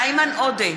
איימן עודה,